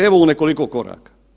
Evo u nekoliko koraka.